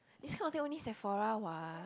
this kind of thing only Sephora what